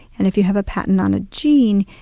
and if you have a patent on a gene,